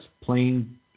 plain